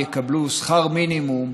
יקבלו שכר מינימום,